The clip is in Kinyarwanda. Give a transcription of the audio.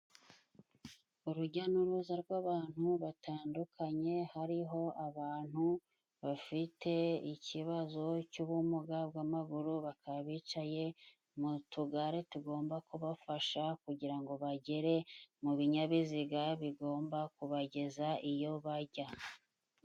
Urujya n'uruza rw'abantu batandukanye hariho abantu bafite ikibazo cy'ubumuga bw'amaguru, bakaba bicaye mu tugare tugomba kubafasha, kugira ngo bagere mu binyabiziga bigomba kubageza iyo bajya.